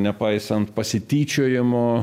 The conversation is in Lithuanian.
nepaisant pasityčiojimo